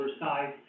size